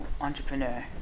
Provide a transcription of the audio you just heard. entrepreneur